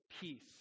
peace